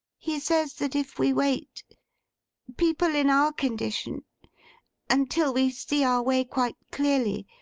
he says that if we wait people in our condition until we see our way quite clearly,